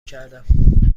کردم